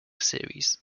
series